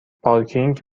پارکینگ